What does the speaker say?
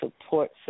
support